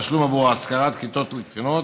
תשלום בעבור שכירת כיתות לבחינות,